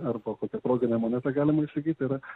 arba kokia proginę monetą galima įsigyt yra